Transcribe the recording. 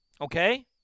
Okay